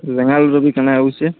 ରେଙ୍ଗାଲ୍ର ର ବି କେନା ଅଉଛେ